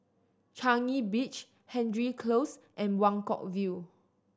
Changi Beach Hendry Close and Buangkok View